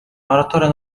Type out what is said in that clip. моратории